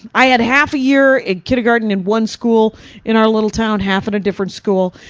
i had half a year in kindergarten in one school in our little town, half at a different school.